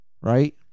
right